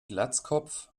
glatzkopf